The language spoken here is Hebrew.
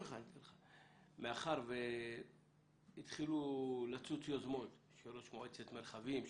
מאחר שהתחילו לצוץ יוזמות של ראש מועצת מרחבים,